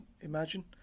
imagine